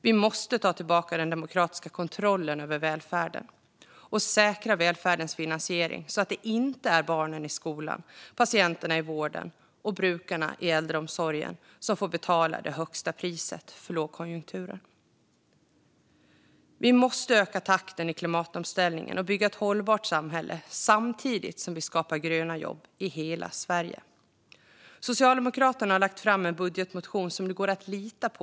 Vi måste ta tillbaka den demokratiska kontrollen över välfärden och säkra välfärdens finansiering så att det inte är barnen i skolan, patienterna i vården och brukarna i äldreomsorgen som får betala det högsta priset för lågkonjunkturen. Vi måste också öka takten i klimatomställningen och bygga ett hållbart samhälle samtidigt som vi skapar gröna jobb i hela Sverige. Socialdemokraterna har lagt fram en budgetmotion som det går att lita på.